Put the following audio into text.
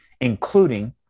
Including